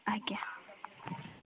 ଆଜ୍ଞା